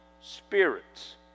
spirits